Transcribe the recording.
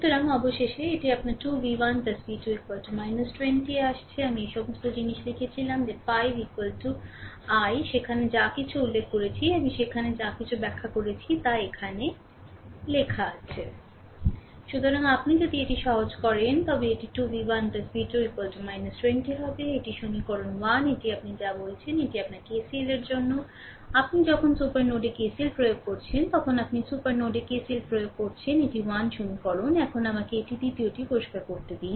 সুতরাং অবশেষে এটি আপনার 2v1 v2 20 এ আসছে আমি এই সমস্ত জিনিস লিখেছিলাম যে 5 i সেখানে যা কিছু উল্লেখ করেছি আমি সেখানে যা কিছু ব্যাখ্যা করেছি তা এখানে লেখা আছে সুতরাং আপনি যদি এটি সহজ করেন তবে এটি 2v1 v2 20 হবে এটি সমীকরণ 1 এটি আপনি যা বলছেন এটি আপনার KCL এর জন্য আপনি যখন সুপার নোডে KCL প্রয়োগ করছেন তখন আপনি সুপার নোডে KCL প্রয়োগ করছেন এটি 1 সমীকরণ এখন আমাকে এটি দ্বিতীয়টি পরিষ্কার করতে দিন